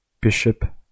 Bishop